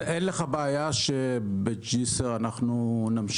אין לך בעיה שבג'סר נמשיך